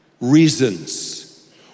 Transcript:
reasons